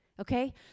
Okay